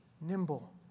nimble